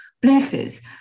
places